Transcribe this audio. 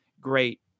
great